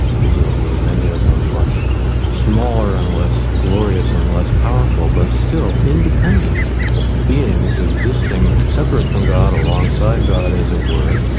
presumably many of them much smaller and less glorious and less powerful, but still independent beings existing separate from god, alongside god as it were,